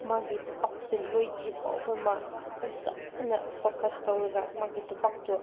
ꯃꯥꯒꯤ ꯊꯕꯛꯁꯦ ꯂꯣꯏꯗ꯭ꯔꯤ ꯐꯥꯎꯕ ꯃꯥ ꯐꯖꯅ ꯐꯣꯀꯁ ꯇꯧꯔꯒ ꯃꯥꯒꯤ ꯊꯕꯛꯇꯣ